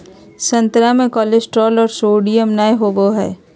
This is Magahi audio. संतरा मे कोलेस्ट्रॉल और सोडियम नय होबय हइ